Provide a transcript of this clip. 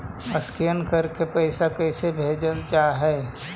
Scan करके पैसा कैसे भेजल जा हइ?